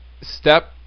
step